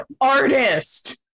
artist